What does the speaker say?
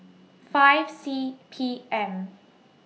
five C P M